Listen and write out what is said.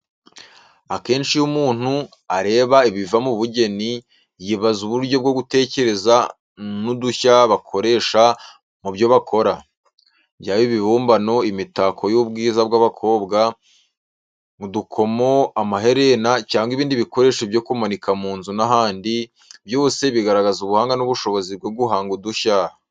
Akenshi iyo umuntu areba ibiva mu bugeni, yibaza uburyo bwo gutekereza n’udushya bakoresha mu byo bakora. Byaba ibibumbano, imitako y’ubwiza bw’abakobwa, udukomo, amaherena cyangwa ibindi bikoresho byo kumanika mu nzu n'ahandi, byose bigaragaza ubuhanga n’ubushobozi bwo guhanga udushya.